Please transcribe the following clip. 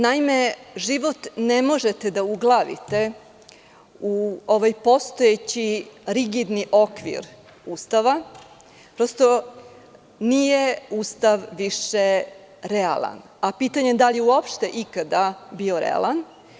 Naime, život ne možete da uglavite u ovaj postojeći rigidni okvir Ustava, jer prosto nije više Ustav realan, a pitanje je da li je uopšte ikada bio realan?